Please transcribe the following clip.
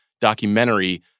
documentary